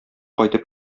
кайтып